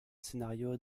scénario